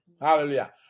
Hallelujah